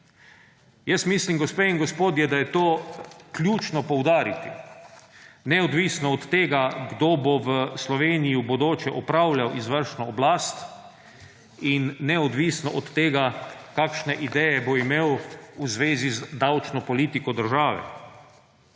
Jaz mislim, gospe in gospodje, da je to ključno poudariti, neodvisno od tega, kdo bo v Sloveniji v bodoče upravljal izvršno oblast, in neodvisno od tega, kakšne ideje bo imel v zvezi z davčno politiko države.